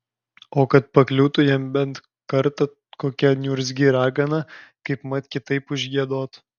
o kad pakliūtų jam bent kartą kokia niurzgi ragana kaipmat kitaip užgiedotų